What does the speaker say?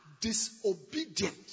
disobedient